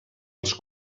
als